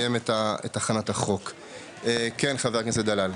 כן, חבר הכנסת דלל.